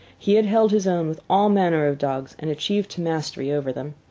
he had held his own with all manner of dogs and achieved to mastery over them.